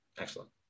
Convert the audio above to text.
excellent